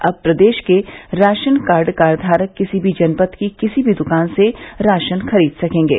अब प्रदेश के राशन कार्डधारक किसी भी जनपद की किसी भी दुकान से राशन खरीद सकेंगे